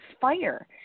fire